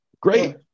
Great